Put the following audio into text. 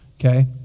okay